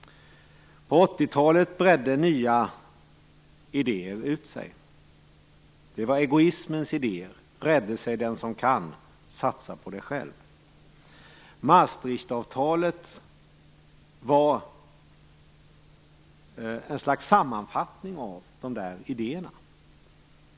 På 80-talet bredde nya idéer ut sig. Det var egoismens idéer. Rädde sig den som kan! Satsa på dig själv! Maastrichtavtalet var ett slags sammanfattning av dessa idéer.